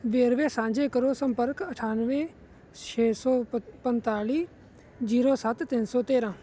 ਵੇਰਵੇ ਸਾਂਝੇ ਕਰੋ ਸੰਪਰਕ ਅਠਾਨਵੇਂ ਛੇ ਸੌ ਪ ਪੰਨਤਾਲੀ ਜੀਰੋ ਸੱਤ ਤਿੰਨ ਸੌ ਤੇਰਾਂ